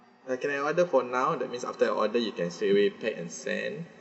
uh can I order for now that means after I order you can straight away pack and send